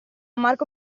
marco